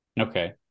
Okay